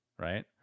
right